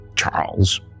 Charles